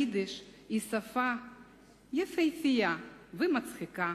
היידיש היא שפה יפהפייה ומצחיקה.